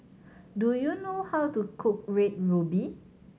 do you know how to cook Red Ruby